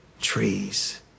Trees